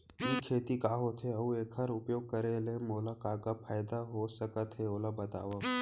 ई खेती का होथे, अऊ एखर उपयोग करे ले मोला का का फायदा हो सकत हे ओला बतावव?